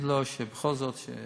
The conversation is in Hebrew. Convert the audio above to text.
להגיד לו שבכל זאת,